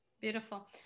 Beautiful